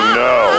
no